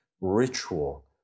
ritual